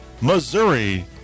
Missouri